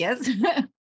Yes